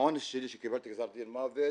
העונש שלי, שקיבלתי גזר דין מוות